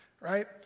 right